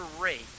rate